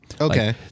okay